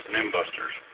Nimbusters